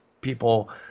people